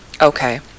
Okay